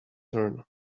turn